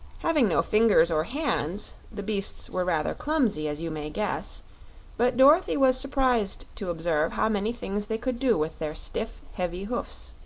having no fingers or hands the beasts were rather clumsy, as you may guess but dorothy was surprised to observe how many things they could do with their stiff, heavy hoofs.